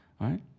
right